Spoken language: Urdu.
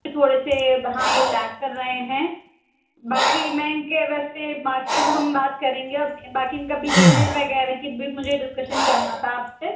تھوڑے سے وہاں یہ لیگ کر رہے ہیں باقی میں ان کے ویسے مارکس کے تو ہم بات کریں گے اور باقی ان کا بیہیویئر وغیرہ کی بھی مجھے ڈسکشن کرنا تھا آپ سے